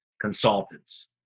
consultants